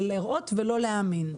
לראות ולא להאמין.